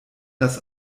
das